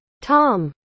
Tom